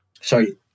Sorry